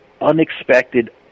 unexpected